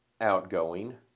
outgoing